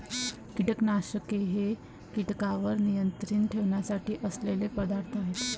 कीटकनाशके हे कीटकांवर नियंत्रण ठेवण्यासाठी असलेले पदार्थ आहेत